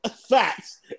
Facts